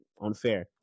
unfair